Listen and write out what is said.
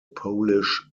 polish